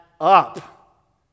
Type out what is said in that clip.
up